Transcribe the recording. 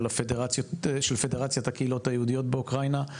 פדרציית הקהילות היהודיות באוקראינה,